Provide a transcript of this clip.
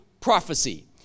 prophecy